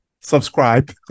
subscribe